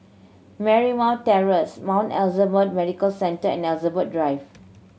Marymount Terrace Mount Elizabeth Medical Centre and Elizabeth Drive